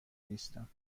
نیستم